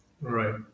Right